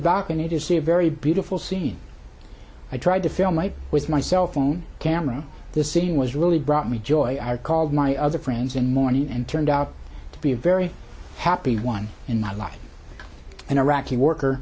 balcony to see a very beautiful scene i tried to fill my with my cell phone camera the scene was really brought me joy i called my other friends in mourning and turned out to be a very happy one in my life an iraqi worker